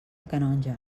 canonja